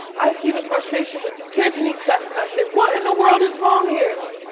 i see the frustration with you kids in these tests and i say what in the world is wrong here?